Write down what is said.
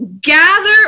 gather